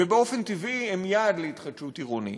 ובאופן טבעי הם יעד להתחדשות עירונית.